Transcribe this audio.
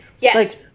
Yes